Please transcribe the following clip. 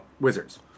wizards